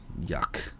Yuck